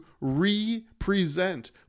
re-present